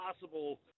possible